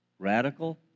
radical